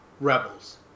Rebels